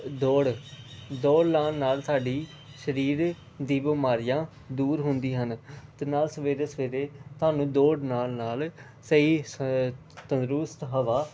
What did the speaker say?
ਦੌੜ ਦੌੜ ਲਗਾਉਣ ਨਾਲ ਸਾਡੀ ਸਰੀਰ ਦੀ ਬਿਮਾਰੀਆਂ ਦੂਰ ਹੁੰਦੀਆਂ ਹਨ ਅਤੇ ਨਾਲ ਸਵੇਰੇ ਸਵੇਰੇ ਤੁਹਾਨੂੰ ਦੌੜ ਲਗਾਉਣ ਨਾਲ ਸਹੀ ਸ ਤੰਦਰੁਸਤ ਹਵਾ